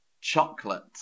chocolate